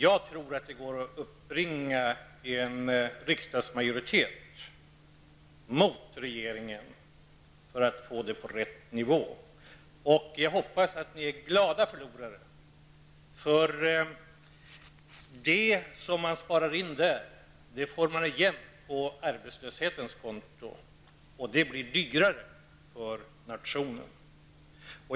Jag tror att det går att uppbringa en riksdagsmajoritet mot regeringen för att få dem på rätt nivå. Jag hoppas att ni är glada förlorare, för det som man spar in där får man igen på arbetslöshetens konto, och det blir dyrare för nationen.